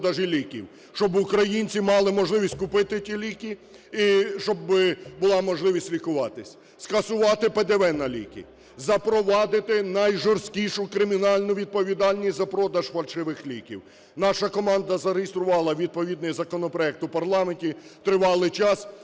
Наша команда зареєструвала відповідний законопроект в парламенті, тривалий час